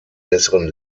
besseren